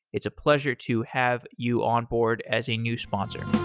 it's a pleasure to have you onboard as a new sponsor